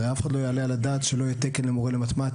הרי אף אחד לא יעלה על הדעת שאין תקן למורה מתמטיקה,